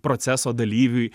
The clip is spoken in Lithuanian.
proceso dalyviui